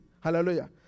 Hallelujah